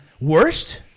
worst